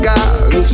God